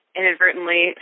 inadvertently